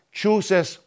chooses